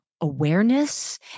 Awareness